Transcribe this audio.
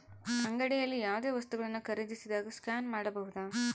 ಅಂಗಡಿಯಲ್ಲಿ ಯಾವುದೇ ವಸ್ತುಗಳನ್ನು ಖರೇದಿಸಿದಾಗ ಸ್ಕ್ಯಾನ್ ಮಾಡಬಹುದಾ?